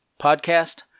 podcast